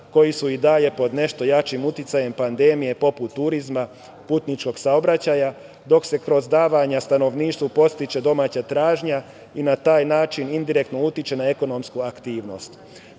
koji su i dalje pod nešto jačim uticajem pandemije, poput turizma, putničkog saobraćaja, dok se kroz davanja stanovništvu podstiče domaća tražnja i na taj način indirektno utiče na ekonomsku aktivnost. Paralelno